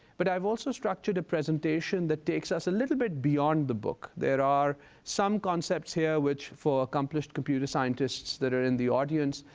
but i've also structured a presentation that takes us a little bit beyond the book. there are some concepts here which, for accomplished computer scientists that are in the audience,